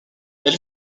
elle